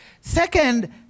Second